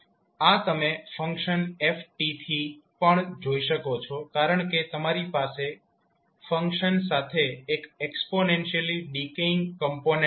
આ તમે function f થી પણ જોઈ શકો છો કારણ કે તમારી પાસે ફંક્શન સાથે એક એક્સ્પોનેન્શીયલી ડીકેઇંગ કોમ્પોનેન્ટ છે